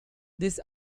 this